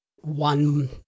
one